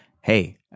hey